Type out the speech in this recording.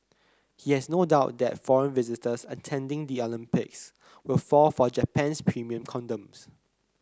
he has no doubt that foreign visitors attending the Olympics will fall for Japan's premium condoms